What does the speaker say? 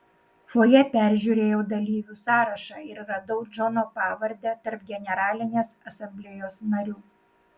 fojė peržiūrėjau dalyvių sąrašą ir radau džono pavardę tarp generalinės asamblėjos narių